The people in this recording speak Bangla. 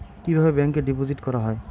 কিভাবে ব্যাংকে ডিপোজিট করা হয়?